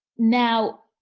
now,